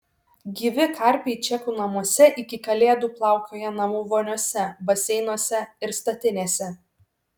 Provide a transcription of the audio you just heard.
gyvi karpiai čekų namuose iki kalėdų plaukioja namų voniose baseinuose ir statinėse